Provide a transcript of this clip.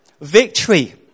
Victory